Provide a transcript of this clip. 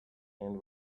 and